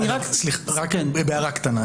רק הערה קטנה.